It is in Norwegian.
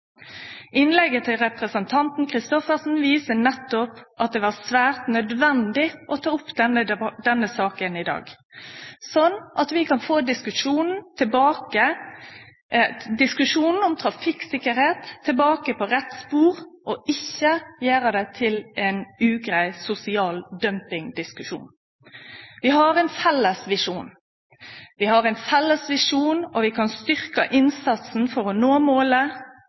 Innlegget til representanten Christoffersen viser nettopp at det var svært nødvendig å ta opp denne saka i dag, slik at vi kan få diskusjonen om trafikksikkerheit tilbake på rett spor og ikkje gjere han til ein ugrei sosial dumpingdiskusjon. Vi har ein felles visjon, og vi kan styrkje innsatsen for å nå målet.